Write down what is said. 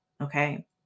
Okay